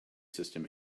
system